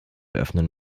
öffnen